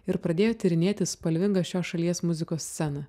ir pradėjo tyrinėti spalvingą šios šalies muzikos sceną